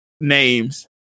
names